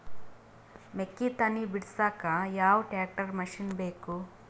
ಮೆಕ್ಕಿ ತನಿ ಬಿಡಸಕ್ ಯಾವ ಟ್ರ್ಯಾಕ್ಟರ್ ಮಶಿನ ಬೇಕು?